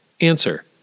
Answer